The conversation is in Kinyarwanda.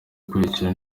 ikurikira